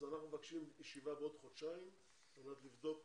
אנחנו מבקשים לקיים ישיבה בעוד חודשיים על מנת לבדוק